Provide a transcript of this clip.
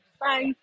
bye